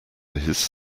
his